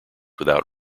without